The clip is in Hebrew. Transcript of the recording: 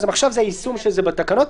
עכשיו זה היישום של זה בתקנות.